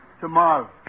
Tomorrow